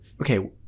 okay